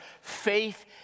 Faith